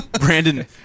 brandon